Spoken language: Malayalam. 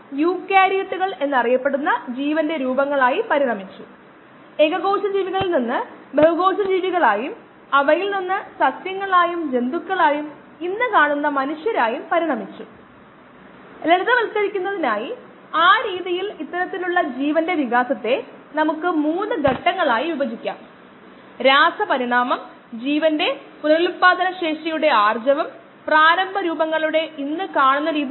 ri rorg rcddt സിസ്റ്റത്തിലേക്ക് ഉള്ള കോശങ്ങളുടെ ഇൻപുട്ടിന്റെ നിരക്ക് അതായത് ബയോ റിയാക്ടർ ചാറ് ബയോ റിയാക്ടർ ചാറിൽ നിന്നുള്ള കോശങ്ങളുടെ ഔട്ട്പുട്ട് നിരക്ക് കൂടാതെ ബയോ റിയാക്റ്റർ ചാറിലെ കോശങ്ങളുടെ ഉത്പാദന നിരക്ക് മൈനസ് കോശങ്ങളുടെ ഉപഭോഗ നിരക്ക് ബയോ റിയാക്ടർ ചാറിലെ കോശങ്ങളുടെ ശേഖരണത്തിന്റെ തോതിന് തുല്യമാണ്